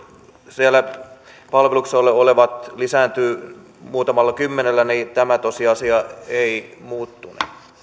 siellä palveluksessa olevat olevat lisääntyvät muutamalla kymmenellä tämä tosiasia ei muuttune